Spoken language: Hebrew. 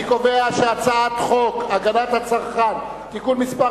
אני קובע שהצעת חוק הגנת הצרכן (תיקון מס'